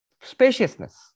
spaciousness